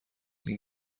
این